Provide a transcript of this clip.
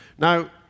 Now